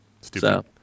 stupid